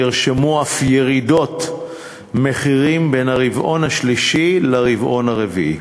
נרשמו אף ירידות מחירים בין הרבעון השלישי לרבעון הרביעי.